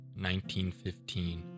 1915